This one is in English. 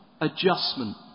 adjustment